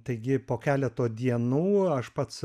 taigi po keleto dienų aš pats